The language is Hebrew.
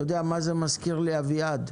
אתה יודע מה זה מזכיר לי, אביעד?